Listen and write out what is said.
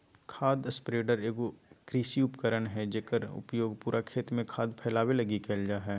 खाद स्प्रेडर एगो कृषि उपकरण हइ जेकर उपयोग पूरा खेत में खाद फैलावे लगी कईल जा हइ